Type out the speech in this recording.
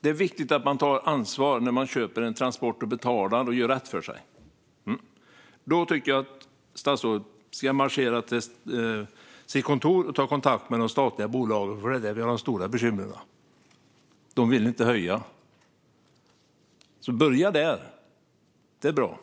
Det är viktigt att man tar ansvar när man köper en transport, att man betalar och gör rätt för sig. Då tycker jag att statsrådet ska marschera till sitt kontor och ta kontakt med de statliga bolagen, för det är där vi har de stora bekymren. De vill inte höja. Börja där! Det är bra.